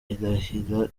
irahira